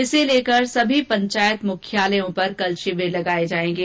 इसे लेकर सभी पंचायत मुख्यालयों पर कल शिविर लगाए जाएंगे